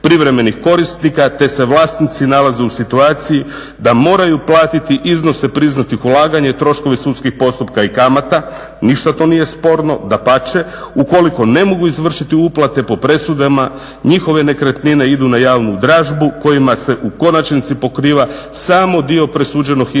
te se vlasnici nalaze u situaciji da moraju platiti iznose priznatih ulaganja, troškove sudskih postupka i kamata" ništa nije to sporno dapače "ukoliko ne mogu izvršiti uplate po presudama, njihove nekretnine idu na javnu dražbu kojima se u konačnici pokriva samo dio presuđenog iznosa